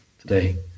today